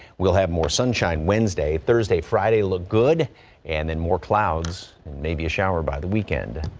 we'll have more sunshine wednesday thursday friday, look good and then more clouds maybe a shower by the weekend.